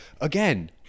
again